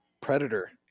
Predator